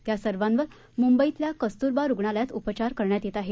त्या सर्वांवर मुंबईतल्या कस्तुरबा रुग्णालयात उपचार करण्यात येत आहेत